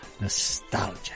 nostalgia